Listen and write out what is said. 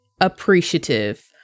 appreciative